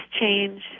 change